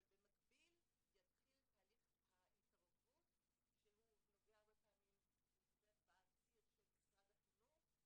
אבל במקביל יתחיל תהליך ההתערבות שהוא עובר בציר של משרד החינוך,